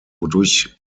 wodurch